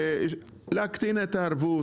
להקטין את הערבות.